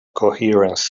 coherence